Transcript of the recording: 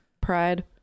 Pride